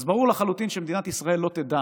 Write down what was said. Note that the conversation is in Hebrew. אז ברור לחלוטין שמדינת ישראל לא תדע